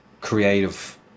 creative